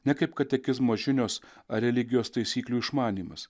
ne kaip katekizmo žinios ar religijos taisyklių išmanymas